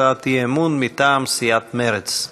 הצעת אי-אמון מטעם סיעת מרצ.